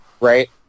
Right